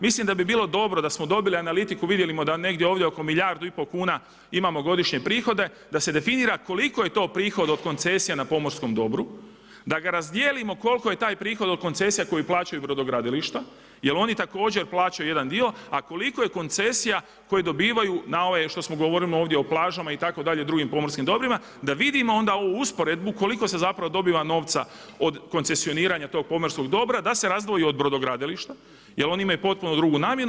Mislim da bi bilo dobro da smo dobili analitiku, vidjeli da ovdje negdje oko milijardu i pol kuna imamo godišnje prihode, da se definira koliki je to prihod od koncesija na pomorskom dobru, da ga razdijelimo koliko je taj prihod od koncesija koji plaćaju brodogradilišta jer oni također plaćaju jedan dio, a koliko je koncesija koje dobivaju na ovaj što govorimo ovdje o plažama itd. drugim pomorskim dobrima, da vidimo onda ovu usporedbu koliko se zapravo dobiva novca od koncesioniranja tog pomorskog dobra, da se razdvoji od brodogradilišta jer oni imaju potpuno drugu namjenu.